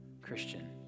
Christian